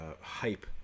hype